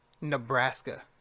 Nebraska